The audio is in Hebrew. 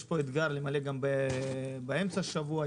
יש פה אתגר למלא גם באמצע השבוע.